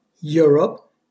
Europe